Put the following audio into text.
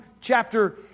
chapter